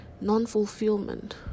non-fulfillment